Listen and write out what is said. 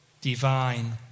divine